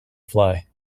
fly